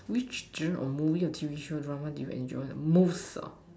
which genre of drama or T_V show do you enjoy the most